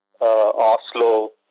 Oslo